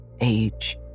age